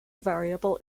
variable